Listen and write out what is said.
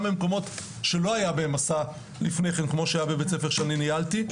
גם במקומות שלא היה בהם מסע לפני כן כמו שהיה בבית ספר שאני ניהלתי.